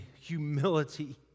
humility